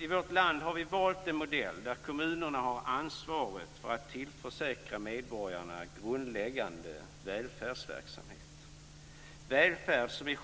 I vårt land har vi valt en modell där kommunerna har ansvaret för att tillförsäkra medborgarna grundläggande välfärdsverksamhet, välfärd som är